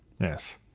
Yes